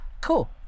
Cool